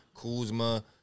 Kuzma